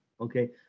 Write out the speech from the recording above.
Okay